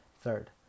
third